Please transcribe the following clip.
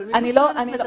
מי מפריע לך?